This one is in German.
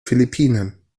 philippinen